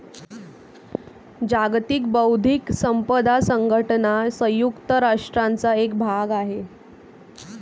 जागतिक बौद्धिक संपदा संघटना संयुक्त राष्ट्रांचा एक भाग आहे